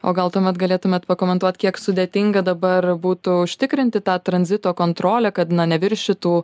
o gal tuomet galėtumėt pakomentuot kiek sudėtinga dabar būtų užtikrinti tą tranzito kontrolę kad neviršytų